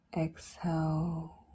Exhale